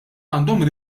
għandhom